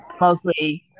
mostly